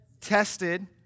Tested